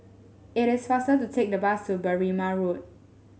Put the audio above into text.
it is faster to take the bus to Berrima Road